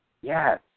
Yes